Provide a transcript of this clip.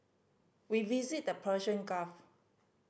we visited the Persian Gulf